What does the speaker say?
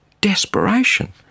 desperation